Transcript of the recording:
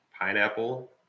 pineapple